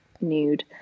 nude